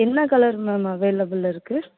என்ன colour ma'am அவைலபிளில் இருக்கு